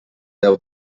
deu